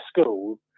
school